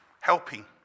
helping